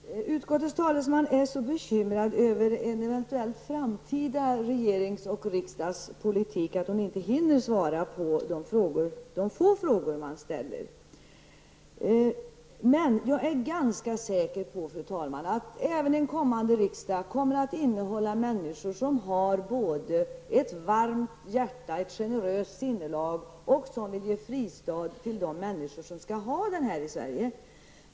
Fru talman! Utskottets talesman är så bekymrad över en eventuell framtida regerings och riksdags politik att hon inte hinner svara på de få frågor som man ställer. Men jag är, fru talman, ganska säker på att det även i en kommande riksdag kommer att finnas människor som har både ett varmt hjärta och ett generöst sinnelag och som vill ge en fristad till dem som skall vara i Sverige.